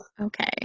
Okay